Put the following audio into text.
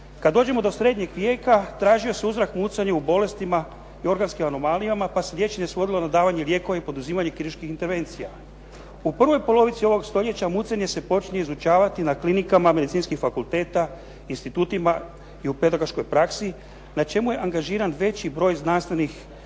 Kada dođemo do srednjeg vijeka tražio se uzrok mucanju u bolestima i organskim anomalijama pa se liječenje svodilo na davanje lijekova i poduzimanje kliničkih intervencija. U prvoj polovici ovog stoljeća mucanje se počinje izučavati na klinikama medicinskih fakulteta, institutima i u pedagoškoj praksi na čemu je angažiran veći broj znanstvenih i